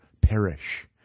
perish